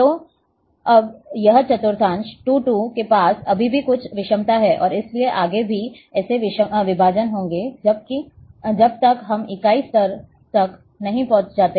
तो अब यह चतुर्थांश 2 2 के पास अभी भी कुछ विषमता है और इसलिए आगे भी ऐसे विभाजन होंगे जब तक हम इकाई स्तर तक नहीं पहुंच जाते